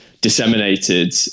disseminated